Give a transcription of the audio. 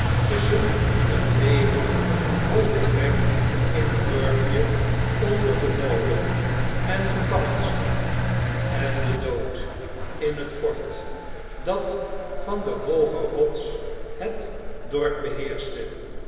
tusschen een leven vol gebrek in het dorpje onder den molen en gevangenschap en den dood in het fort dat van de hooge rots het dorp beheerschte